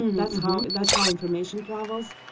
and that's how that's how information travels.